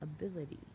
ability